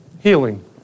healing